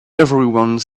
everyone